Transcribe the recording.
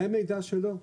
זה המידע שלו.